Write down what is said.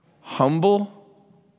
Humble